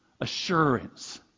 assurance